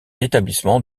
établissement